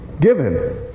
given